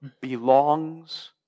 Belongs